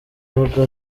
avuga